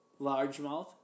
largemouth